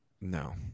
No